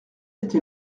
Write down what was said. été